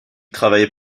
travaillait